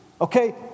okay